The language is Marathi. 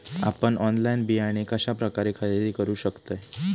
आपन ऑनलाइन बियाणे कश्या प्रकारे खरेदी करू शकतय?